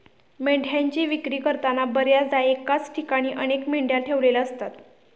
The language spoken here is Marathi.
मेंढ्यांची विक्री करताना बर्याचदा एकाच ठिकाणी अनेक मेंढ्या ठेवलेल्या असतात